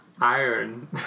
Iron